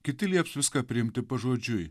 kiti lieps viską priimti pažodžiui